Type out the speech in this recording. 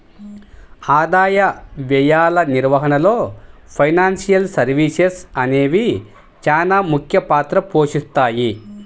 ఆదాయ వ్యయాల నిర్వహణలో ఫైనాన్షియల్ సర్వీసెస్ అనేవి చానా ముఖ్య పాత్ర పోషిత్తాయి